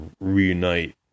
reunite